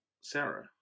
Sarah